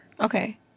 Okay